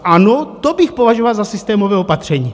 Ano, to bych považoval za systémové opatření.